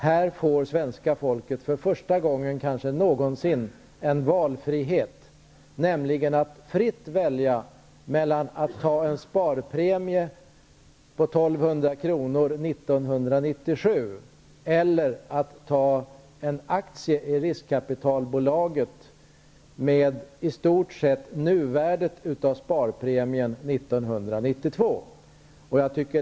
Det svenska folket får här för kanske första gången någonsin en valfrihet, nämligen att fritt välja mellan att ta en sparpremie på 1 200 kr. år 1997 eller att ta en aktie i riskkapitalbolaget med i stort sett nuvärdet av sparpremien år 1992.